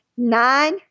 Nine